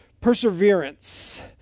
perseverance